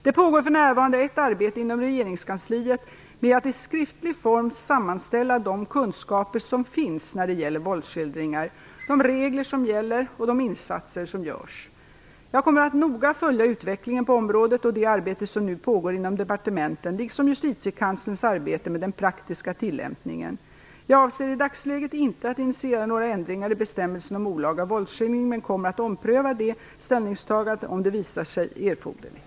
Det pågår för närvarande ett arbete inom regeringskansliet med att i skriftlig form sammanställa de kunskaper som finns när det gäller våldsskildringar, de regler som gäller och de insatser som görs. Jag kommer att noga följa utvecklingen på området och det arbete som nu pågår inom departementen liksom Justitiekanslerns arbete med den praktiska tillämpningen. Jag avser i dagsläget inte att initiera några ändringar i bestämmelsen om olaga våldsskildring men kommer att ompröva detta ställningstagande om det visar sig erforderligt.